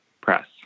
press